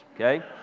Okay